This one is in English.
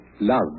Love